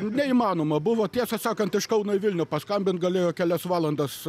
neįmanoma buvo tiesą sakant iš kauno į vilnių paskambinti galėjo kelias valandas